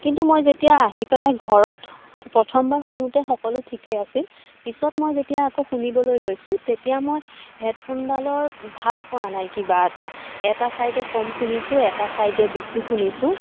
কিন্তু মই যেতিয়া আহি পেলাই ঘৰত প্ৰথমবাৰ শুনোঁতে সকলো ঠিকেই আছিল পিছত মই যেতিয়া আকৌ শুনিবলৈ লৈছোঁ তেতিয়া মই হেডফোনডালত ভাল পোৱা নাই কিবা এটা এটা চাইডে কম শুনিছোঁ এটা চাইডে বেছি শুনিছোঁ